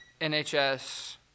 nhs